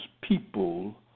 people